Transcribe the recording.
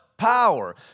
power